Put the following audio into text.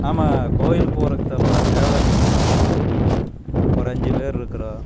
ஆமாம் கோயிலுக்கு போகிறதுக்குதாப்பா தேவதானப்பட்டி போகணும் ஒரு அஞ்சு பேர் இருக்குறோம்